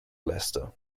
leicester